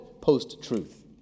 post-truth